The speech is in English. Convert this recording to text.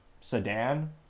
sedan